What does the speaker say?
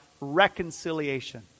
reconciliation